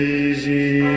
easy